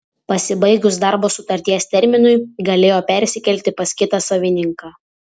pasibaigus darbo sutarties terminui galėjo persikelti pas kitą savininką